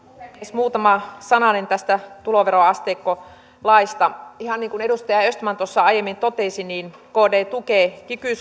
muutama sananen tästä tuloveroasteikkolaista ihan niin kuin edustaja östman tuossa aiemmin totesi kd tukee kiky